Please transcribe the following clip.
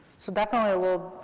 so definitely we'll,